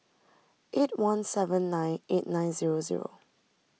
eight one seven nine eight nine zero zero